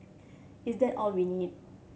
is that all we need